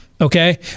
Okay